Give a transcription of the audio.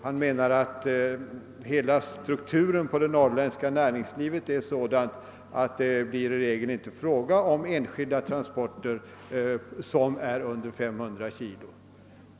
Han menade att hela strukturen hos det norrländska näringslivet är sådan att det i regel inte blir fråga om enskilda transporter som är under 500 kilo.